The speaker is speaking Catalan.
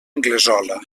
anglesola